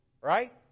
Right